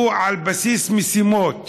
הוא על בסיס משימות,